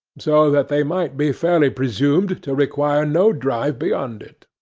so that they might be fairly presumed to require no drive beyond it.